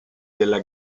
della